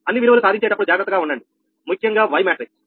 అన్ని విలువలు సాధించే టప్పుడు జాగ్రత్తగా ఉండండి ముఖ్యంగా Y మ్యాట్రిక్స్